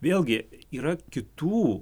vėlgi yra kitų